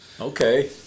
Okay